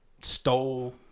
stole